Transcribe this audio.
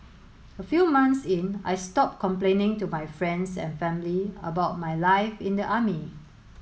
a few months in I stopped complaining to my friends and family about my life in the army